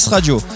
Radio